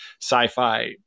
sci-fi